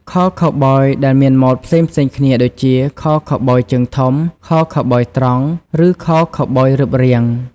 ខោខូវប៊យដែលមានម៉ូដផ្សេងៗគ្នាដូចជា ខោខូវប៊យជើងធំ, ខោខូវប៊យត្រង់ , ឬខោខូវប៊យរឹបរាង។